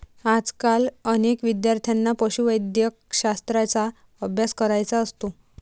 आजकाल अनेक विद्यार्थ्यांना पशुवैद्यकशास्त्राचा अभ्यास करायचा असतो